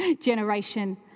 generation